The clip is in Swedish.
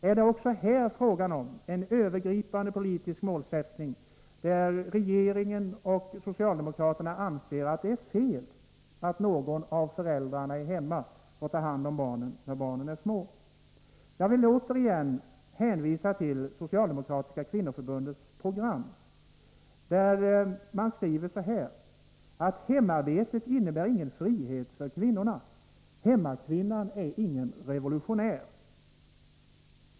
Är det också här fråga om en övergripande politisk målsättning, där regeringen och socialdemokraterna anser att det är fel att någon av föräldrarna är hemma och tar hand om barnen när de är små? Jag vill återigen hänvisa till det socialdemokratiska kvinnoförbundets program, där man skriver att hemarbetet inte innebär någon frihet för kvinnorna — hemmakvinnan är ingen revolutionär.